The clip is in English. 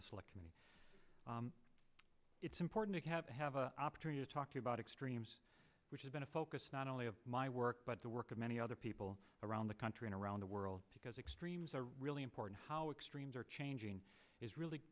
the select committee it's important to have to have an opportunity to talk about extremes which has been a focus not only of my work but the work of many other people around the country and around the world because extremes are really important how extremes are changing is really